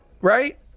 Right